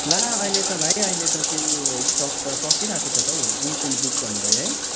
ला अहिले त भाइ अहिले त तिम्रो स्टक त सक्किरहेको छ त हौ एनसियन्ट बुक भन्नुभयो है